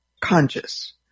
conscious